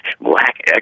black